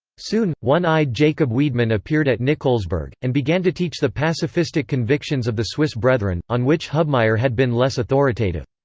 soon, one-eyed jacob wiedemann appeared at nikolsburg, and began to teach the pacifistic convictions of the swiss brethren, on which hubmaier had been less authoritative.